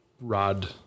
rod